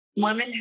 Women